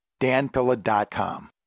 danpilla.com